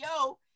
Yo